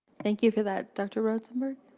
thank you for that. dr. rosenberg.